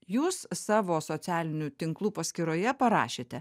jūs savo socialinių tinklų paskyroje parašėte